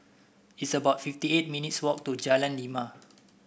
it's about fifty eight minutes' walk to Jalan Lima